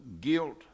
guilt